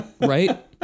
Right